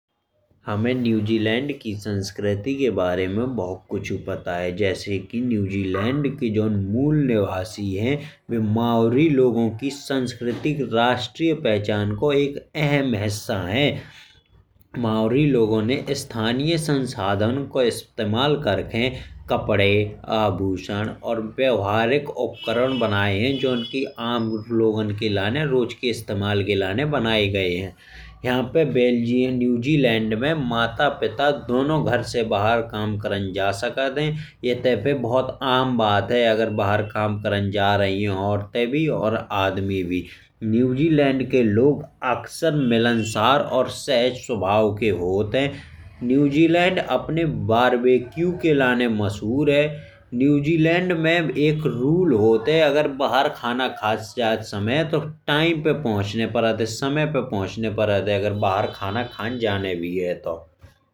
हमे न्यूज़ीलैंड की संस्कृति के बारे में बहुत कुछु पता है। जैसे की जोन न्यूज़ीलैंड के जोन मूल निवासी है। बेमावरी लोगों की सांस्कृतिक राष्ट्रीयपहचान को एक अहम हिस्सा है। मावरी लोगों ने स्थानीय संसाधन को इस्तेमाल कर के कपड़े। आभूषण और व्यावहारिक उपकरण बनाए है। जो की आम लोगों के लिए रोज के इस्तेमाल के लिए बनाए गए है। यहाँ न्यूज़ीलैंड में माता पिता दोनों घर से बाहर काम करने जा सकते हैं। एते पे बहुत आम बात है अगर घर से बाहर काम करने जा रही हैं औरतें भी और आदमी भी। न्यूज़ीलैंड के लोग अकसर मिलनसार और सहज स्वभाव के होते हैं। न्यूज़ीलैंड अपने बारबेक्यू के लिए मशहूर है। न्यूज़ीलैंड में एक रूल होता है अगर बाहर खाना खाते जाते समय समय पे पहुँचना पड़ता है। समय पे पहुँचना पड़ता है अगर बाहर खाना खाने जाने भी है तो।